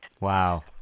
Wow